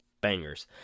Bangers